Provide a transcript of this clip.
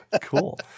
Cool